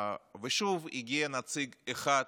ושוב הגיע נציג אחד